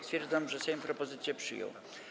Stwierdzam, że Sejm propozycję przyjął.